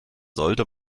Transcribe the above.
sollte